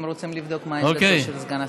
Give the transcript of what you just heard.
הם רוצים לבדוק מהי עמדתו של סגן השר.